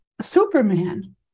Superman